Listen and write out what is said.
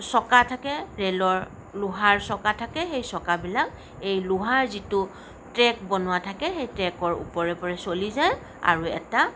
চকা থাকে ৰেলৰ লোহাৰ চকা থাকে সেই চকাবিলাক এই লোহাৰ যিটো ট্ৰেক বনোৱা থাকে সেই ট্ৰেকৰ ওপৰে ওপৰে চলি যায় আৰু এটা